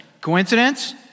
Coincidence